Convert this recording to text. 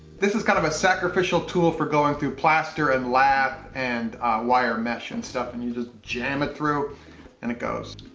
this is kind of a sacrificial tool for going through plaster and lath and wire mesh and stuff and you just jam it through and it goes.